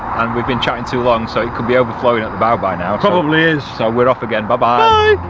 we've been chatting too long so it could be overflowing at the bow by now. probably is. so we're off again bye-bye.